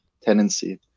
tenancy